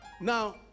now